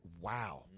Wow